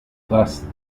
thus